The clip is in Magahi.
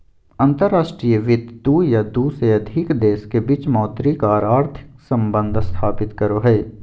अंतर्राष्ट्रीय वित्त दू या दू से अधिक देश के बीच मौद्रिक आर आर्थिक सम्बंध स्थापित करो हय